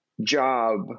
job